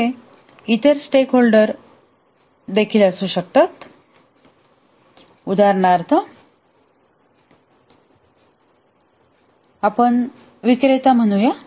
तेथे इतर स्टेकहोल्डर देखील असू शकतात उदाहरणार्थ आपण विक्रेता म्हणू या